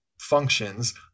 functions